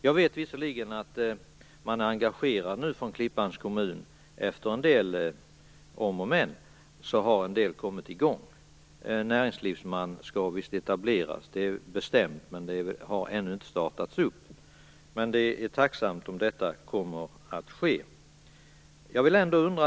Jag vet visserligen att Klippans kommun nu är engagerad. Efter en del om och men har man kommit i gång med den del. En näringslivsman skall visst etableras. Det är bestämt, men detta har ännu inte startats. Men det är bra om det kommer att ske.